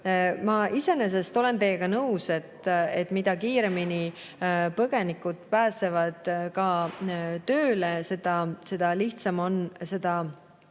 Ma iseenesest olen teiega nõus, et mida kiiremini põgenikud pääsevad tööle, seda lihtsam on seda